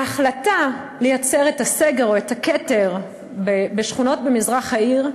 ההחלטה לייצר את הסגר או את הכתר בשכונות במזרח העיר,